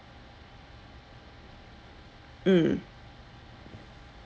mm